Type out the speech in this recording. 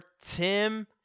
Tim